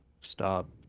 stop